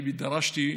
אני דרשתי,